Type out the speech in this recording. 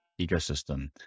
ecosystem